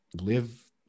live